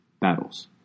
battles